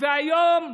והיום,